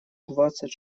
двадцать